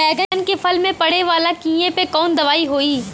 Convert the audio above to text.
बैगन के फल में पड़े वाला कियेपे कवन दवाई होई?